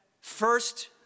first